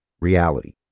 reality